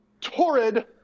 torrid